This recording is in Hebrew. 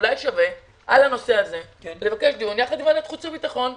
אולי שווה על הנושא הזה לבקש דיון יחד עם ועדת החוץ והביטחון.